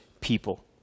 people